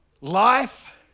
Life